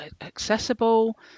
accessible